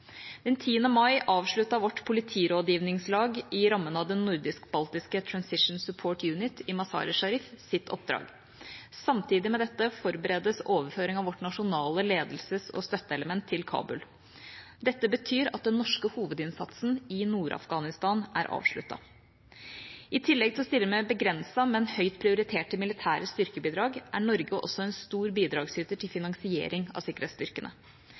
10. mai avsluttet vårt politirådgivningslag, i rammen av den nordisk-baltiske Transition Support Unit i Mazar-e-Sharif, sitt oppdrag. Samtidig med dette forberedes overføring av vårt nasjonale ledelses- og støtteelement til Kabul. Dette betyr at den norske hovedinnsatsen i Nord-Afghanistan er avsluttet. I tillegg til å stille med begrensede, men høyt prioriterte militære styrkebidrag, er Norge også en stor bidragsyter til finansiering av sikkerhetsstyrkene.